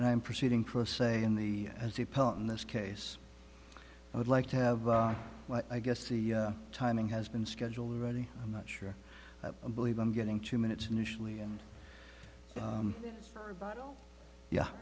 and i'm proceeding for a say in the as the punt in this case i would like to have i guess the timing has been scheduled ready i'm not sure i believe i'm getting two minutes initially and